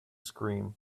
scream